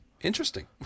interesting